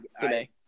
today